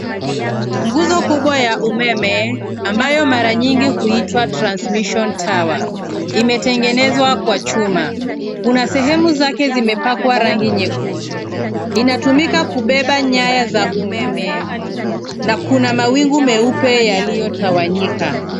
Nguvu kubwa ya umeme ambayo mara nyingi huitwa Transmission Tower , imetengenezwa kwa chuma. Kuna sehemu zake zimepakwa rangi nyekundu. Inatumika kubeba nyaya za umeme na kuna mawingu meupe yaliyotawanyika.